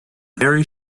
bury